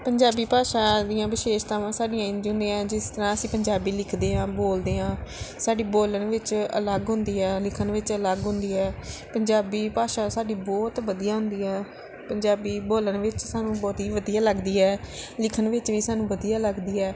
ਪੰਜਾਬੀ ਭਾਸ਼ਾ ਦੀਆਂ ਵਿਸ਼ੇਸ਼ਤਾਵਾਂ ਸਾਡੀਆਂ ਇੰਜ ਹੁੰਦੀਆਂ ਜਿਸ ਤਰ੍ਹਾਂ ਅਸੀਂ ਪੰਜਾਬੀ ਲਿਖਦੇ ਹਾਂ ਬੋਲਦੇ ਹਾਂ ਸਾਡੀ ਬੋਲਣ ਵਿੱਚ ਅਲੱਗ ਹੁੰਦੀ ਹੈ ਲਿਖਣ ਵਿੱਚ ਅਲੱਗ ਹੁੰਦੀ ਹੈ ਪੰਜਾਬੀ ਭਾਸ਼ਾ ਸਾਡੀ ਬਹੁਤ ਵਧੀਆ ਹੁੰਦੀ ਹੈ ਪੰਜਾਬੀ ਬੋਲਣ ਵਿੱਚ ਸਾਨੂੰ ਬਹੁਤ ਹੀ ਵਧੀਆ ਲੱਗਦੀ ਹੈ ਲਿਖਣ ਵਿੱਚ ਵੀ ਸਾਨੂੰ ਵਧੀਆ ਲੱਗਦੀ ਹੈ